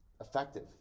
effective